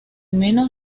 menos